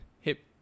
hip